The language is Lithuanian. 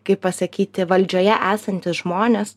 kaip pasakyti valdžioje esantys žmonės